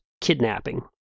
Kidnapping